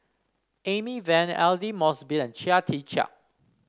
Amy Van Aidli Mosbit and Chia Tee Chiak